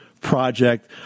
Project